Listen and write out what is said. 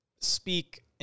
speak